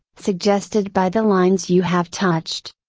suggested by the lines you have touched.